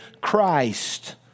Christ